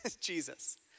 Jesus